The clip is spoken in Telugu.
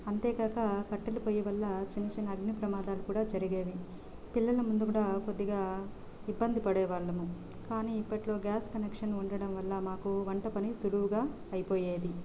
అంతేకాక కట్టెల పొయ్యి వల్ల చిన్న చిన్న అగ్ని ప్రమాదాలు కూడా జరిగేవి పిల్లల ముందు కూడా కొద్దిగా ఇబ్బంది పడే వాళ్ళము కానీ ఇప్పటిలో గ్యాస్ కనెక్షన్ ఉండడం వల్ల మాకు వంట పని సులువుగా అయిపోయేది